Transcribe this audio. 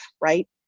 right